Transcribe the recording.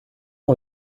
ont